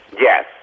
Yes